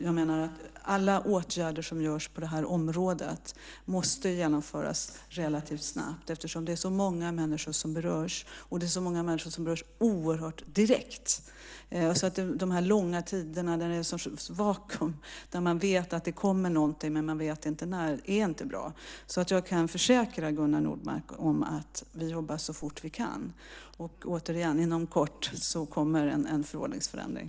Jag menar att alla åtgärder som vidtas på det här området måste genomföras relativt snabbt eftersom det är så många människor som berörs och det är så många människor som berörs oerhört direkt. De långa tiderna, när det uppstår ett slags vakuum då man vet att det kommer någonting men man vet inte när, är inte bra. Jag kan försäkra Gunnar Nordmark om att vi jobbar så fort vi kan. Återigen: Inom kort kommer en förordningsförändring.